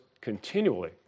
continually